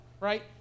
Right